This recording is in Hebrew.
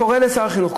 קורא לשר החינוך,